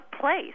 place